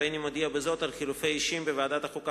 הריני מודיע בזאת על חילופי אישים בוועדת החוקה,